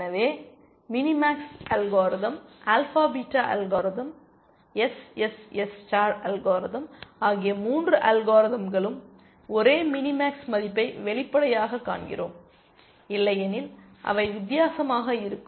எனவே mini max algorithm alpha beta algorithm SSS star algorithm ஆகிய மூன்று அல்காரிதம்களும் ஒரே மினி மேக்ஸ் மதிப்பை வெளிப்படையாகக் காண்கிறோம் இல்லையெனில் அவை வித்தியாசமாக இருக்கும்